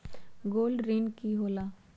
Gold ऋण की होला?